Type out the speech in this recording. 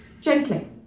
Gently